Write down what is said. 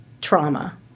trauma